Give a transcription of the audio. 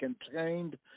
contained